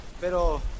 pero